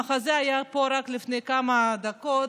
המחזה היה פה רק לפני כמה דקות,